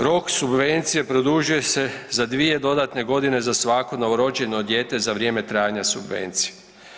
Rok subvencije produžuje se za 2. dodane godine za svako novorođeno dijete za vrijeme trajanja subvencije.